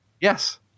Yes